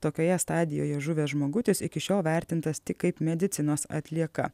tokioje stadijoje žuvęs žmogutis iki šiol vertintas tik kaip medicinos atlieka